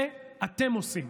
את זה אתם עושים.